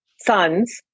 sons